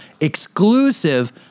exclusive